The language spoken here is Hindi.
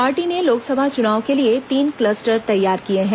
पार्टी ने लोकसभा चुनाव के लिए तीन क्लस्टर तैयार किये हैं